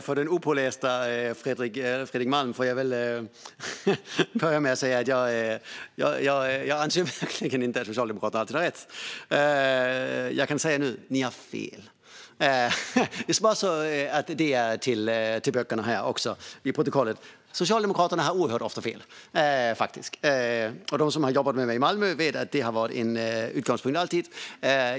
Herr talman! Till den opåläste Fredrik Malm vill jag säga att jag verkligen inte anser att Socialdemokraterna alltid har rätt. Jag kan säga till dem nu: Ni har fel. Så har det förts till protokollet. Socialdemokraterna har faktiskt oerhört ofta fel. De som har jobbat med mig i Malmö vet att det alltid har varit en utgångspunkt.